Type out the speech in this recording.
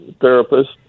therapist